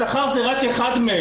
שכר זה אחד מהם.